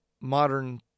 modern